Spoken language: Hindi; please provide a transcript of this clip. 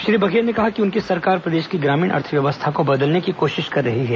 श्री बघेल ने कहा कि उनकी सरकार प्रदेश की ग्रामीण अर्थव्यवस्था को बदलने की कोशिश कर रही है